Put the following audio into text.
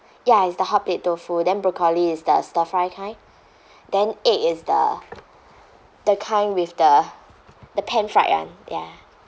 ya it's the hotplate tofu then broccoli is the stir fry kind then egg is the the kind with the the pan fried [one] ya